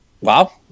Wow